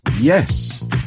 Yes